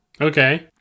okay